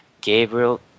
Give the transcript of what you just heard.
Gabriel